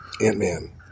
Ant-Man